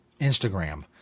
Instagram